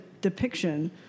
depiction